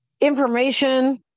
information